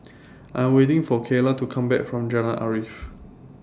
I Am waiting For Kaylah to Come Back from Jalan Arif